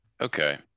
Okay